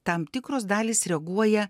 tam tikros dalys reaguoja